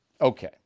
Okay